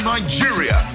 Nigeria